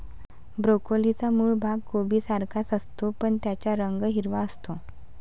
ब्रोकोलीचा मूळ भाग कोबीसारखाच असतो, पण त्याचा रंग हिरवा असतो